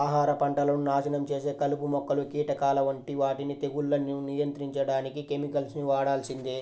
ఆహార పంటలను నాశనం చేసే కలుపు మొక్కలు, కీటకాల వంటి వాటిని తెగుళ్లను నియంత్రించడానికి కెమికల్స్ ని వాడాల్సిందే